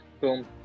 boom